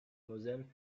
moselle